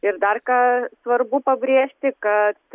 ir dar ką svarbu pabrėžti kad